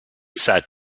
sat